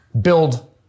build